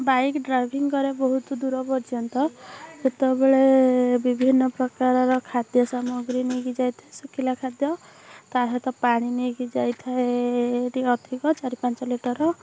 bike driving କରେ ବହୁତ ଦୂର ପର୍ଯ୍ୟନ୍ତ ସେତେବେଳେ ବିଭିନ୍ନ ପ୍ରକାରର ଖାଦ୍ୟ ସାମଗ୍ରୀ ନେଇକି ଯାଇଥାଏ ଶୁଖିଲା ଖାଦ୍ୟ ତା'ସହିତ ପାଣି ନେଇକି ଯାଇଥାଏ ଅଧିକ ଚାରି ପାଞ୍ଚ ଲିଟର